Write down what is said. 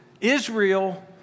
Israel